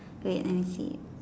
wait let me see